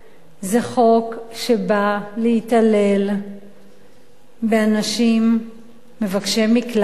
זה חוק שבא להתעלל באנשים מבקשי מקלט,